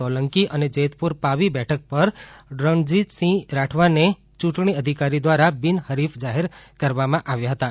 સોલંકી અને જેતપુર પાવી બેઠક પર રણજીસિંહ રાઠવાને ચૂંટણી અધિકારી દ્વારા બિન હરીફ જાહેર કરવામાં આવ્યા હતાં